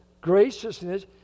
graciousness